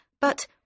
But